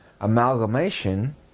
amalgamation